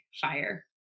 fire